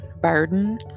burden